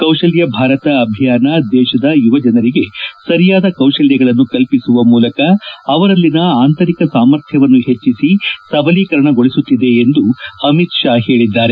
ಕೌಶಲ್ಲ ಭಾರತ ಅಭಿಯಾನ ದೇಶದ ಯುವಜನರಿಗೆ ಸರಿಯಾದ ಕೌಶಲ್ಲಗಳನ್ನು ಕಲ್ಪಿಸುವ ಮೂಲಕ ಅವರಲ್ಲಿನ ಆಂತರಿಕ ಸಾಮರ್ಥ್ಲವನ್ನು ಹೆಚ್ಚಿಸಿ ಸಬಲೀಕರಣಗೊಳಿಸುತ್ತಿದೆ ಎಂದು ಅಮಿತ್ ಶಾ ಹೇಳಿದ್ದಾರೆ